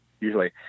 usually